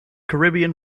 caribbean